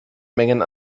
mengen